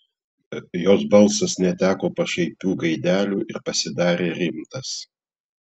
jos balsas neteko pašaipių gaidelių ir pasidarė rimtas